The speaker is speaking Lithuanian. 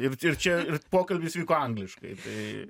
ir ir čia ir pokalbis vyko angliškai